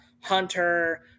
Hunter